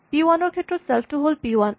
P one ৰ ক্ষেত্ৰত self টো হ'ল পি ৱান